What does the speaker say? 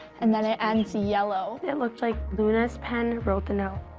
and then it ends yellow. it looked like luna's pen wrote the note.